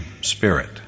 Spirit